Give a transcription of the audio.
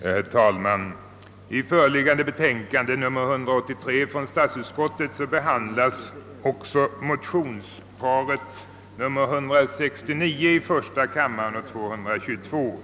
Herr talman! I statsutskottets föreliggande utlåtande nr 183 behandlas också motionsparet I: 169 och II: 222.